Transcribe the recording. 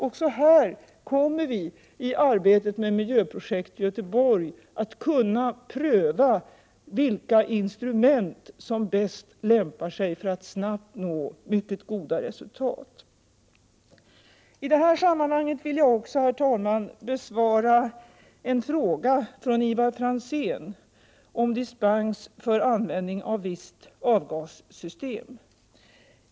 Även här kommer vi i arbetet med miljöprojektet i Göteborg att kunna pröva vilka instrument som bäst lämpar sig för att snabbt nå mycket goda resultat. I detta sammanhang vill jag också, herr talman, besvara en fråga från Ivar Franzén om dispens för användning av visst avgassystem.